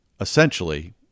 Essentially